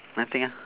nothing ah